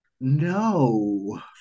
No